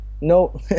no